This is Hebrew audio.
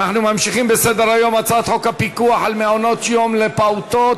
אנחנו ממשיכים בסדר-היום: הצעת חוק הפיקוח על מעונות-יום לפעוטות,